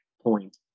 point